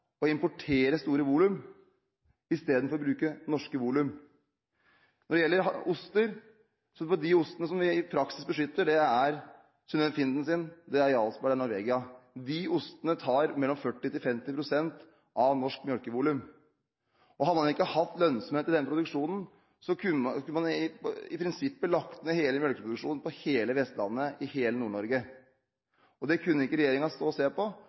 å importere store volum istedenfor å bruke norske volum. Når det gjelder oster, er de ostene vi i praksis beskytter, Synnøve Finden, Jarlsberg og Norvegia. De ostene tar mellom 40–50 pst. av norsk melkevolum. Hadde man ikke hatt lønnsomhet i den produksjonen, kunne man i prinsippet lagt ned hele melkeproduksjonen på hele Vestlandet og i hele Nord-Norge. Det kunne ikke regjeringen stå og se på,